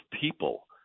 people